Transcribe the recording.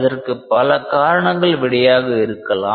இதற்கு பல காரணங்கள் விடையாக இருக்கலாம்